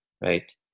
Right